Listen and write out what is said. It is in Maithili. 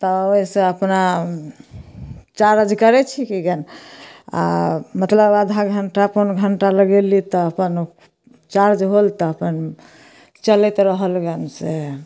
तऽ ओहिसँ अपना चार्ज करै छी कि गन आओर मतलब आधा घण्टा पौन घण्टा लगैली तऽ अपन चार्ज होल तऽ अपन चलैत रहल गन से